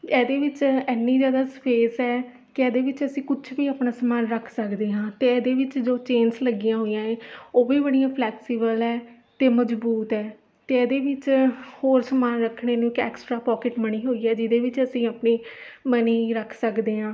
ਇਹਦੇ ਵਿੱਚ ਇੰਨੀ ਜਿਆਦਾ ਸਪੇਸ ਹੈ ਕਿ ਇਹਦੇ ਵਿੱਚ ਅਸੀਂ ਕੁਛ ਵੀ ਆਪਣਾ ਸਮਾਨ ਰੱਖ ਸਕਦੇ ਹਾਂ ਅਤੇ ਇਹਦੇ ਵਿੱਚ ਜੋ ਚੇਂਨਸ ਲੱਗੀਆਂ ਹੋਈਆਂ ਏ ਉਹ ਵੀ ਬੜੀਆਂ ਫਲੈਕਸੀਬਲ ਹੈ ਅਤੇ ਮਜਬੂਤ ਹੈ ਅਤੇ ਇਹਦੇ ਵਿਚ ਹੋਰ ਸਮਾਨ ਰੱਖਣ ਨੂੰ ਐਕਸਟ੍ਰਾ ਪੋਕਿਟ ਬਣੀ ਹੋਈ ਹੈ ਜਿਹਦੇ ਵਿੱਚ ਅਸੀਂ ਆਪਣੀ ਮਨੀ ਰੱਖ ਸਕਦੇ ਹਾਂ